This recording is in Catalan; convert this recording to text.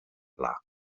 pla